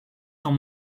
dans